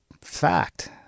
fact